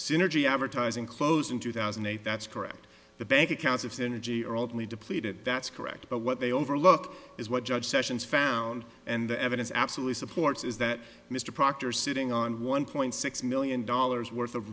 synergy advertising close in two thousand and eight that's correct the bank accounts of synergy are depleted that's correct but what they overlook is what judge sessions found and the evidence absolutely supports is that mr proctor sitting on one point six million dollars worth of